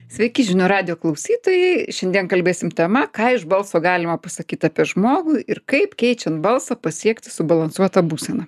sveiki žinių radijo klausytojai šiandien kalbėsim tema ką iš balso galima pasakyt apie žmogų ir kaip keičiant balsą pasiekti subalansuotą būseną